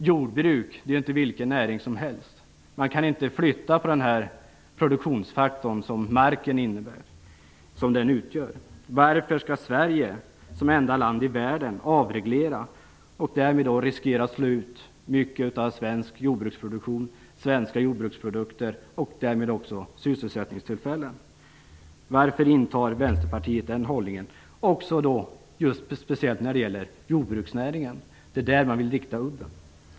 Jordbruket är inte vilken näring som helst. Man kan inte flytta på den produktionsfaktor som marken utgör. Varför skall Sverige som enda land i världen avreglera? Då riskerar man att slå ut mycket av den svenska jordbruksproduktionen och därmed mister man också sysselsättningstillfällen. Varför intar Vänsterpartiet den här hållningen speciellt när det gäller jordbruksnäringen? Det är mot jordbruksnäringen som man vill rikta udden.